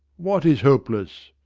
what is hopeless?